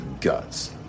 guts